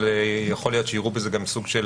אבל יכול להיות שיראו בזה גם סוג של